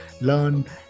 learn